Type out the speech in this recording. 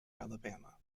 alabama